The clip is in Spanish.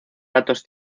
datos